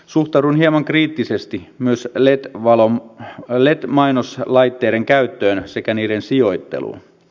suhtaudun hieman kriittisesti myös led mainoslaitteiden käyttöön sekä niiden sijoitteluun